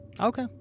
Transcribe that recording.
Okay